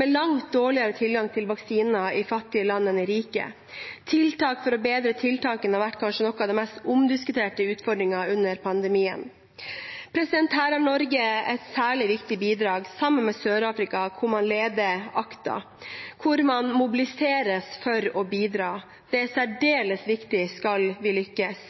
med langt dårligere tilgang til vaksiner i fattige land enn i rike. Å bedre tiltakene har vært kanskje noe av den mest omdiskuterte utfordringen under pandemien. Her har Norge et særlig viktig bidrag, sammen med Sør-Afrika, med å lede ACT-A, der man mobiliseres for å bidra. Det er særdeles viktig skal vi lykkes.